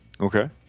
Okay